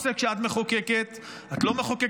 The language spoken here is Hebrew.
מלחמת המצווה הזאת היא המצווה